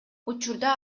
учурда